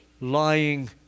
Lying